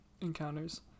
encounters